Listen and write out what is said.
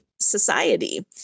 society